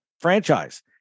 franchise